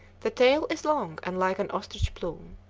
the tail is long and like an ostrich plume.